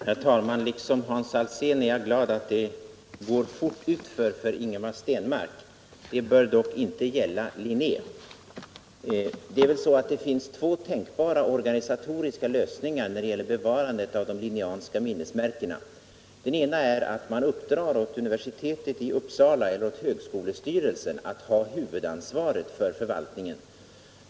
Herr talman! Liksom Hans Alsén är jag glad för att det går fort utför för Stenmark. Det bör dock inte gälla Linné. Det är väl så att det finns två tänkbara organisatoriska lösningar när det gäller bevarandet av de Linnéanska minnesmärkena. Den ena är att man uppdrar åt universitetet i Uppsala, dvs. högskolestyrelsen, att ha huvudansvaret för förvaltningen.